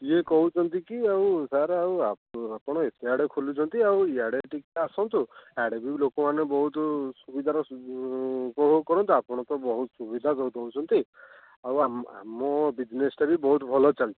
ଇଏ କହୁଛନ୍ତି କି ଆଉ ସାର୍ ଆଉ ଆପଣ ଏତେ ଆଡ଼େ ଖୋଲୁଛନ୍ତି ଆଉ ଇଆଡ଼େ ଟିକେ ଆସନ୍ତୁ ଆଡ଼େ ବି ଲୋକମାନେ ବହୁତ ସୁବିଧାର ଉପଭୋଗ କରନ୍ତୁ ଆପଣ ତ ବହୁତ ସୁବିଧା ଦେଉଛନ୍ତି ଆମ ବିଜନେସ୍ଟା ବି ବହୁତ ଭଲ ଚାଲିଛି